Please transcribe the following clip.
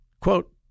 Quote